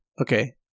Okay